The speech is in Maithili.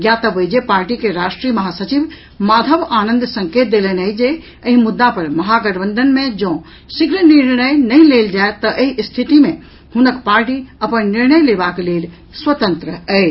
ज्ञातव्य अछि जे पार्टी के राष्ट्रीय महासचिव माधव आनंद संकेत देलनि अछि जे एहि मुद्दा पर महागठबंधन मे जऽ शीघ्र निर्णय नहि लेल जायत तऽ एहि स्थिति मे हुनक पार्टी अपन निर्णय लेबाक लेल स्वतंत्र अछि